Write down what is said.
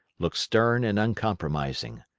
looked stern and uncompromising.